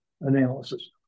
analysis